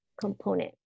component